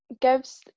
gives